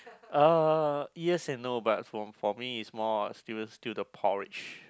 uh yes and no but for for me is more still still the porridge